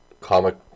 comic